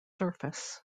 surface